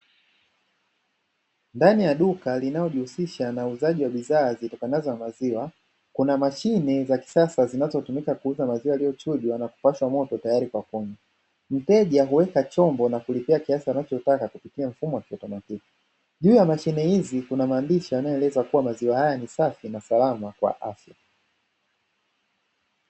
Ndani ya duka linalojihusisha na uuzaji wa bidhaa zitokanazo na maziwa, kuna mashine za kisasa zinazotumika kuuza maziwa yaliyochujwa na kupashwa moto tayari kwa kunywa. Mteja huweka chombo na kulipia kiasi anachotaka kupitia mfumo wa kiautomatiki. Juu ya mashine hizi kuna maandishi yanayoeleza kuwa maziwa haya ni safi na salama kwa afya.